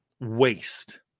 waste